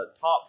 top